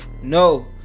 no